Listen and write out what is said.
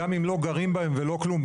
גם אם לא גרים בהם ולא כלום,